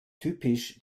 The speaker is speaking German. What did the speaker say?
typisch